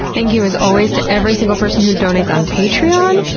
thank you, as always, to every single person who donates on patreon.